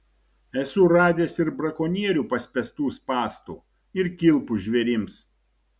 esu radęs ir brakonierių paspęstų spąstų ir kilpų žvėrims